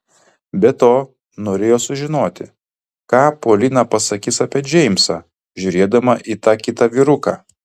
be to norėjo sužinoti ką polina pasakys apie džeimsą žiūrėdama į tą kitą vyruką